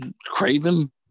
craven